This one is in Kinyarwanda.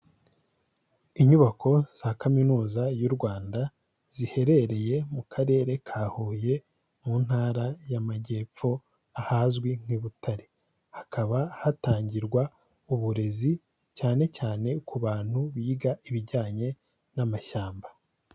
Inyubako za kaminuza y'u Rwanda, ziherereye mu karere ka Huye, mu ntara y'amajyepfo, ahazwi nk'i Butare, hakaba hatangirwa uburezi cyane cyane ku bantu biga ibijyanye n'amashyamba.